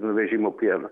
nuvežimo pieno